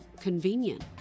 convenient